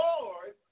Lord